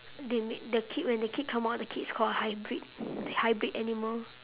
they make the kid when the kid come out the kid is called a hybrid hybrid animal